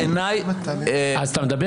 בעיניי --- אז אתה מדבר,